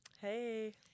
Hey